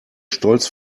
stolz